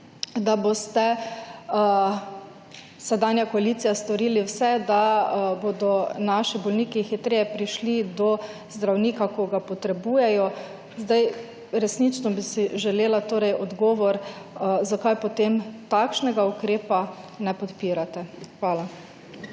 da boste, sedanja koalicija, storili vse, da bodo naši bolniki hitreje prišli do zdravnika, ko ga potrebujejo. Zdaj, resnično bi si želela torej odgovor, zakaj potem takšnega ukrepa ne podpirate. Hvala.